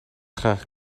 graag